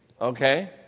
okay